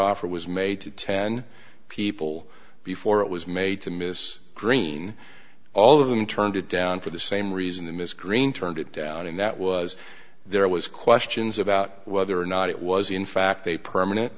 offer was made to ten people before it was made to miss greene all of them turned it down for the same reason that ms greene turned it down and that was there was questions about whether or not it was in fact a permanent